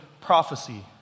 prophecy